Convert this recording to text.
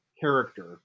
character